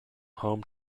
home